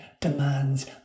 demands